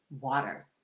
water